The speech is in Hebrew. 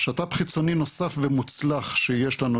שת"פ חיצוני נוסף ומוצלח שיש לנו,